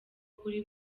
kuri